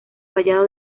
fallado